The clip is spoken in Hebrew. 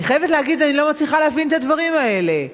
אני חייבת להגיד שאני לא מצליחה להבין את הדברים האלה.